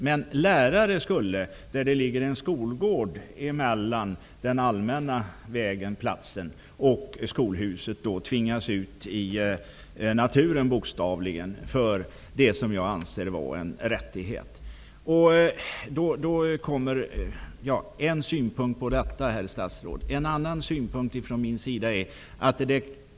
Men lärare skall där det ligger en skolgård mellan den allmänna platsen och skolhuset tvingas ut i naturen för något som jag anser vara en rättighet. Jag har en annan synpunkt.